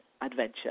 adventure